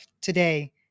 Today